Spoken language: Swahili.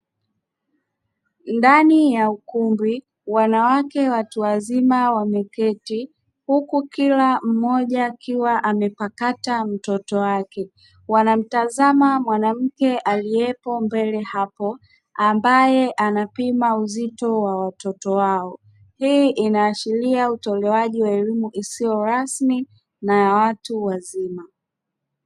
Ndani ya ukumbi wanawake watu wazima wameketi huku Kila mmoja akiwa amepakata mtoto wake, wanamtazama mwanamke aliyepo mbele hapo ambaye anapima uzito wa watoto wao. Hii inaashiria utolewaji wa elimu isiyo rasmi na ya watu wazima.